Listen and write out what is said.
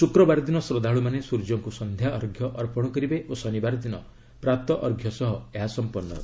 ଶୁକ୍ରବାର ଦିନ ଶ୍ରଦ୍ଧାଳୁମାନେ ସୂର୍ଯ୍ୟଙ୍କୁ ସନ୍ଧ୍ୟା ଅର୍ଘ୍ୟ ଅର୍ପଣ କରିବେ ଓ ଶନିବାର ଦିନ ପ୍ରାତଃ ଅର୍ଘ୍ୟ ସହ ଏହା ସମ୍ପନ୍ନ ହେବ